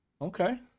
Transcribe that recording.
Okay